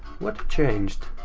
what changed?